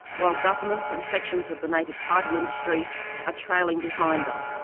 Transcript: while governments and sections of the native title industry are trailing behind them,